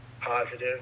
positive